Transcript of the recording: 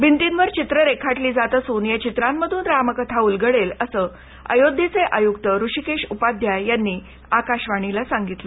भिंतींवर चित्रं रेखाटली जात असून या चित्रांमधून रामकथा उलगडेलअसं अयोध्येचे आयुक्त ऋषीकेश उपाध्याय यांनी आकाशवाणीला सांगितलं